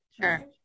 Sure